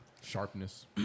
sharpness